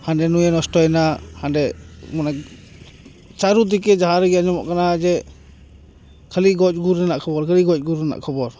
ᱦᱟᱸᱰᱮ ᱱᱩᱭᱮ ᱱᱚᱥᱴᱚᱭ ᱱᱟ ᱦᱟᱸᱰᱮ ᱢᱟᱱᱮ ᱪᱟᱨᱳᱫᱤᱠᱮ ᱡᱟᱦᱟᱸ ᱨᱮᱜᱮ ᱟᱸᱡᱚᱢᱚᱜ ᱠᱟᱱᱟ ᱡᱮ ᱠᱷᱟᱹᱞᱤ ᱜᱚᱡᱼᱜᱩᱨ ᱨᱮᱱᱟᱜ ᱠᱷᱚᱵᱚᱨ ᱠᱷᱟᱹᱞᱤ ᱜᱚᱡᱼᱜᱩᱨ ᱨᱮᱱᱟᱜ ᱠᱷᱚᱵᱚᱨ